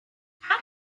how